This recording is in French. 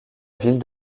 ville